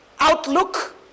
Outlook